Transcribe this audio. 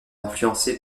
influencées